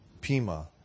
Pima